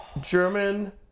German